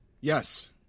Yes